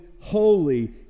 holy